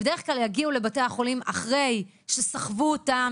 בדרך כלל יגיעו לבתי החולים אחרי שסחבו אותם,